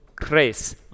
Grace